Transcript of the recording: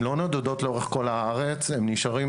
הם לא נודדים לאורך כל הארץ אלא נשארים